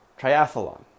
triathlon